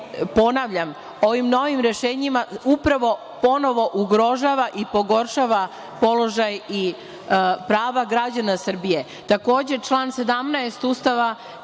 ponavljam, novim rešenjima upravo ponovo ugrožava i pogoršava položaj i prava građana Srbije. Takođe, član 17. Ustava